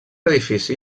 edifici